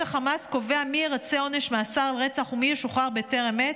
החמאס קובע מי ירצה עונש מאסר על רצח ומי ישוחרר בטרם עת?